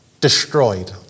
destroyed